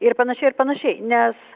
ir panašiai ir panašiai nes